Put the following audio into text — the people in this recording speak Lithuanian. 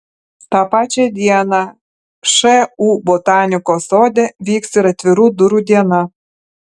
tą pačią dieną šu botanikos sode vyks ir atvirų durų diena